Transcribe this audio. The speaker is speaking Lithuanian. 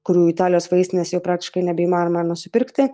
kurių italijos vaistinėse jau praktiškai nebeįmanoma nusipirkti